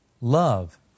Love